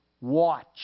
Watch